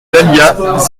dahlias